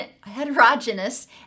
heterogeneous